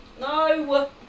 No